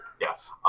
Yes